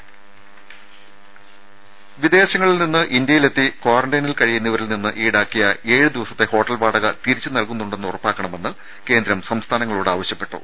രുമ വിദേശങ്ങളിൽ നിന്ന് ഇന്ത്യയിലെത്തി ക്വാറന്റൈനിൽ കഴിയുന്നവരിൽ നിന്ന് ഈടാക്കിയ ഏഴ് ദിവസത്തെ ഹോട്ടൽ വാടക തിരിച്ചുനൽകുന്നുണ്ടെന്ന് ഉറപ്പാക്കണമെന്ന് കേന്ദ്രം സംസ്ഥാനങ്ങളോട് ആവശ്യപ്പെട്ടു